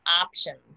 options